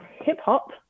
hip-hop